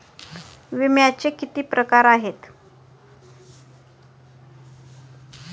विम्याचे किती प्रकार आहेत?